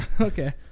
Okay